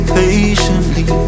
patiently